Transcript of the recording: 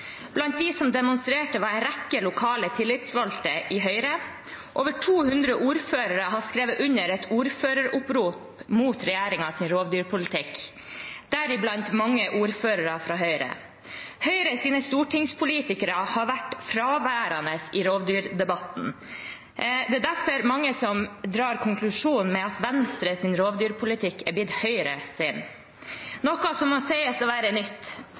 Blant dem som demonstrerte, var en rekke lokale tillitsvalgte i Høyre. Over 200 ordførere har skrevet under et ordføreropprop mot regjeringens rovdyrpolitikk, deriblant mange ordførere fra Høyre. Høyres stortingspolitikere har vært fraværende i rovdyrdebatten. Det er derfor mange som drar konklusjonen at Venstres rovdyrpolitikk har blitt Høyre sin, noe som må sies å være nytt.